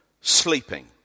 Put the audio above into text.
sleeping